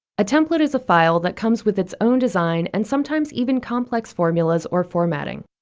a template is a file that comes with its own design and sometimes even complex formulas or formatting.